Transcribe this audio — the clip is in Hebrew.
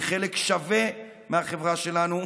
כחלק שווה מהחברה שלנו,